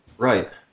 Right